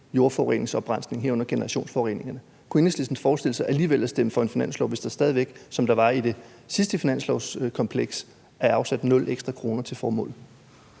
jordforureningsoprensning, herunder generationsforureningerne. Kunne Enhedslisten forestille sig alligevel at stemme for en finanslov, hvis der stadig væk, som der var i det sidste finanslovskompleks, er afsat nul kroner ekstra til formålet?